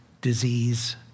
disease